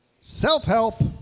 Self-help